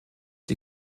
die